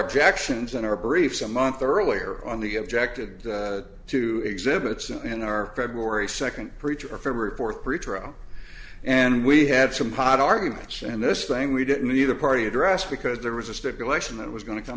objections and our briefs a month earlier on the objected to exhibits and our february second preacher february fourth pretrial and we had some hot arguments and this thing we didn't leave the party addressed because there was a stipulation that was going to